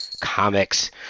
comics